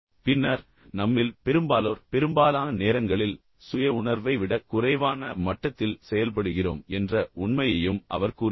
பின்னர் நம்மில் பெரும்பாலோர் பெரும்பாலான நேரங்களில் சுய உணர்வை விட குறைவான மட்டத்தில் செயல்படுகிறோம் என்ற உண்மையையும் அவர் கூறுகிறார்